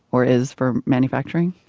or is, for manufacturing?